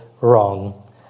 wrong